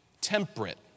temperate